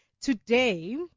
Today